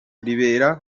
ribera